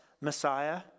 Messiah